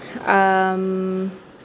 um